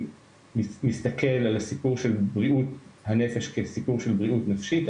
מסתכל על בריאות הנפש כסיפור של בריאות נפשית,